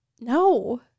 No